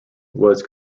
was